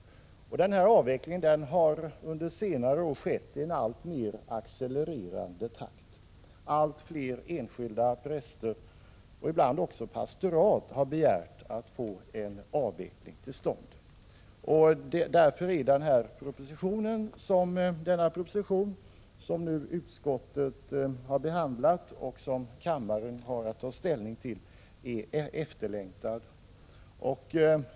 Avvecklingen har under senare år skett i alltmer accelererande takt. Allt fler enskilda präster och ibland pastorat har begärt att få en avveckling till stånd. Därför är den proposition som utskottet har behandlat och som kammaren nu har att ta ställning till efterlängtad.